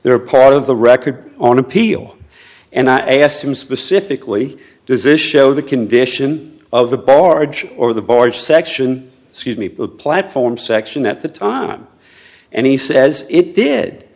they're part of the record on appeal and i asked him specifically does issue though the condition of the barge or the barge section scuse me platform section at the time and he says it did